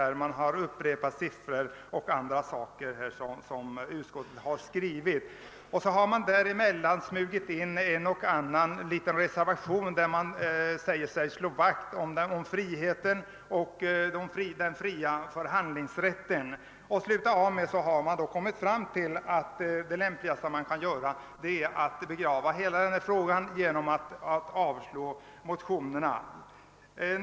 Vidare har upprepats siffror och annat som utskottet har angivit, och så har man däremellan smugit in en och annan liten reservation, där man säger sig slå vakt om friheten och den fria förhandlingsrätten. Slutligen har man kommit fram till att det lämpligaste man kan göra är att begrava hela frågan genom att avslå motionerna.